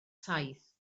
taith